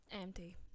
Empty